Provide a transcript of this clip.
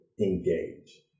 engage